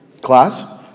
class